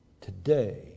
today